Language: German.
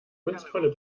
kunstvolle